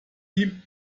team